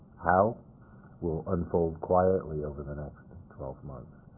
how will unfold quietly over the next twelve months.